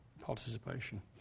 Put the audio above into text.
participation